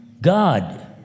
God